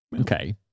Okay